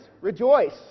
rejoice